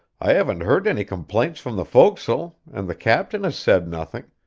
i haven't heard any complaints from the forecastle, and the captain has said nothing,